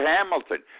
Hamilton